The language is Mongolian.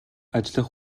ажиллах